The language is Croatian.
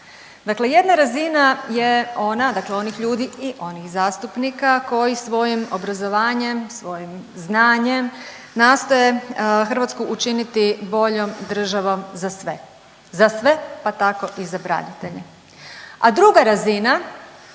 Dakle jedna razina je ona, dakle onih ljudi i onih zastupnika koji svojim obrazovanjem i svojim znanjem nastoje Hrvatsku učiniti boljom državom za sve, za sve, pa tako i za branitelje.